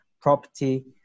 property